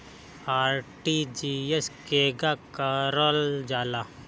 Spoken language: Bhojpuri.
आर.टी.जी.एस केगा करलऽ जाला?